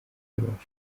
rubavu